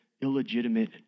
illegitimate